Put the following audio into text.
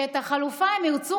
שאת החלופה הם ירצו,